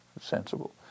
sensible